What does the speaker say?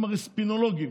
הם הרי ספינולוגים.